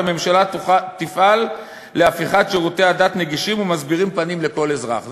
הממשלה תפעל להפיכת שירותי הדת נגישים ומסבירים פנים לכל אזרח.